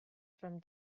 from